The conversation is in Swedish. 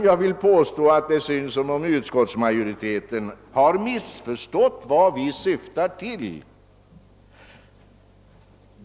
Det vill synas som om utskottsmajoriteten har missförstått vad vi syftar till.